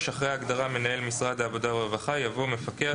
(3)אחרי ההגדרה "מנהל משרד העבודה והרווחה" יבוא: ""מפקח